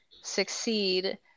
succeed